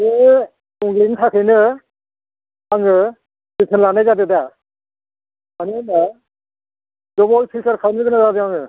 बे गुबुंलेनि थाखायनो आङो फिलटार लानाय जादों दा मानो होम्बा गोबाव फिलटार खालामनो गोनां जादों आङो